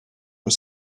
was